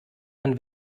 man